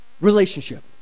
relationship